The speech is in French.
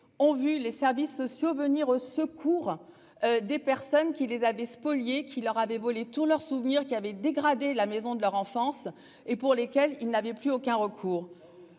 ont vu les services sociaux, venir au secours des personnes qui les avaient spoliés qui leur avait volé tous leurs souvenirs qui avait dégradé la maison de leur enfance et pour lesquels ils n'avaient plus aucun recours.